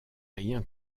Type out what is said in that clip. rien